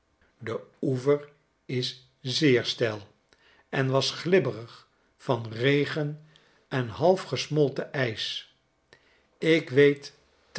de oever is zeer steil en was glibberig van regen en half gesmolten ijs ik weet